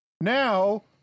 now